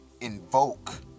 invoke